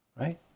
right